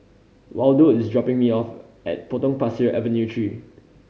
Waldo is dropping me off at Potong Pasir Avenue Three